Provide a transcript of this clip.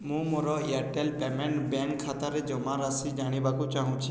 ମୁଁ ମୋର Airtel payment bank ଖାତାରେ ଜମାରାଶି ଜାଣିବାକୁ ଚାହୁଁଛି